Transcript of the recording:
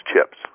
chips